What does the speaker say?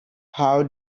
how